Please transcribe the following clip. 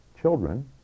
children